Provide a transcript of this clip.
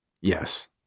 Yes